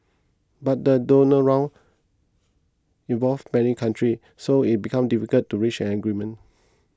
but the Doha Round involves many countries so it becomes difficult to reach an agreement